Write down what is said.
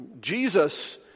Jesus